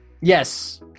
Yes